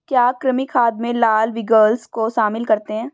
क्या कृमि खाद में लाल विग्लर्स को शामिल करते हैं?